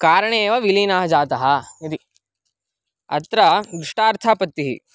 कारणे एव विलीनः जातः इति अत्र दृष्टार्थापत्तिः